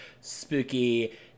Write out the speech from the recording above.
spooky